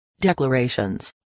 declarations